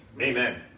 Amen